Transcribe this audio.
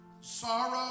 Sorrow